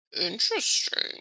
Interesting